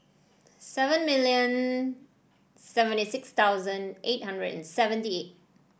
seven million seventy six thousand eight hundred and seventy eight